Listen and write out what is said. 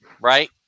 right